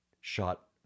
shot